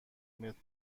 متر